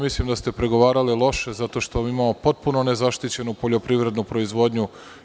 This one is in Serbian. Mislim da ste pregovarali loše zato što imamo potpuno nezaštićenu poljoprivrednu proizvodnju.